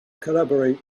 collaborate